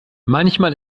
manchmal